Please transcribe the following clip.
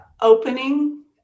opening